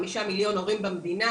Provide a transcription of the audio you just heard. חמישה מיליון הורים במדינה.